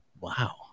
wow